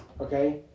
okay